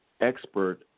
expert